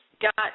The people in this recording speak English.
got